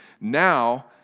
now